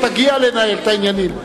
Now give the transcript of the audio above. עוד תגיע לנהל את העניינים,